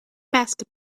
basketball